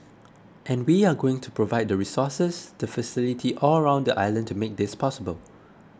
and we are going to provide the resources the facility all around the island to make this possible